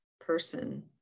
person